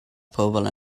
pobl